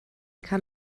kann